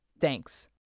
Thanks